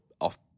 off